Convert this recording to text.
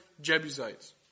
Jebusites